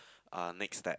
uh next step